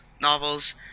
novels